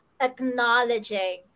acknowledging